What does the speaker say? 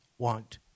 want